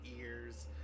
ears